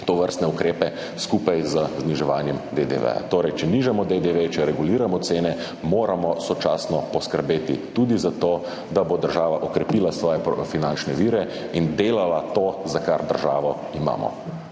tovrstne ukrepe skupaj z zniževanjem DDV. Torej, če nižamo DDV, če reguliramo cene, moramo sočasno poskrbeti tudi za to, da bo država okrepila svoje finančne vire in delala to, za kar državo imamo.